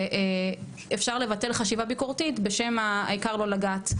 ואפשר לבטל חשיבה ביקורתית בשם העיקר לא לגעת,